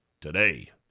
today